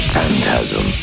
Phantasm